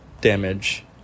Damage